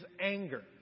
anger